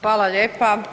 Hvala lijepa.